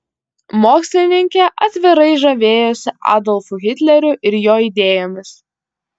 mokslininkė atvirai žavėjosi adolfu hitleriu ir jo idėjomis